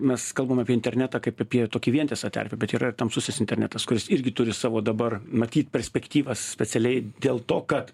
mes kalbam apie internetą kaip apie tokį vientisą terpę bet yra ir tamsusis internetas kuris irgi turi savo dabar matyt perspektyvas specialiai dėl to kad